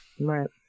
Right